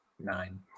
Nine